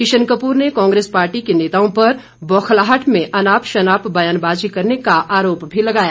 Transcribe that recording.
किशन कपूर ने कांग्रेस पार्टी के नेताओं पर बौखलाहट में अनाप शनाप ब्यानबाजी करने का आरोप भी लगाया